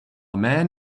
man